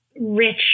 rich